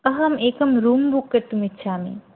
अहम् एकं room book कर्तुमिच्छामि